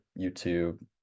youtube